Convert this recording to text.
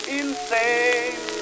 insane